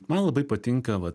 man labai patinka vat